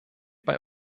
bei